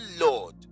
Lord